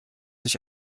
sich